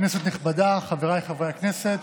כנסת נכבדה, חבריי חברי הכנסת,